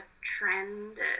trend